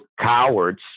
cowards